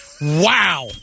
Wow